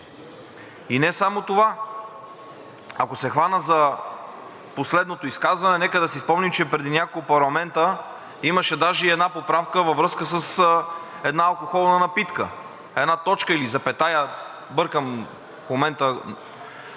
Не само това. Ако се хвана за последното изказване, нека да си спомним, че преди няколко парламента имаше даже и една поправка във връзка с една алкохолна напитка. Една точка или запетая, бъркам в момента,